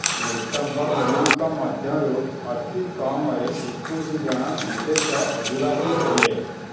ମୃତକମାନଙ୍କ ମଧ୍ୟରୁ ଅତିକମ୍ରେ ଏକୋଇଶ ଜଣ ବିଦେଶ ଅଧିବାସୀ ଥିଲେ